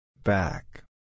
Back